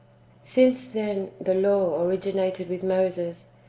since, then, the law originated with moses,